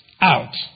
out